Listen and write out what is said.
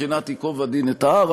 בבחינת ייקוב הדין את ההר.